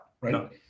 right